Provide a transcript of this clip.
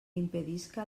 impedisca